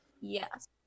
Yes